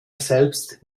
selbst